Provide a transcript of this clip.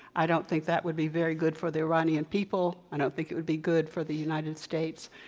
i don't think that would be very good for the iranian people. i don't think it would be good for the united states.